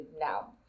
now